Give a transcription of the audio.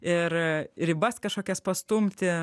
ir ribas kažkokias pastumti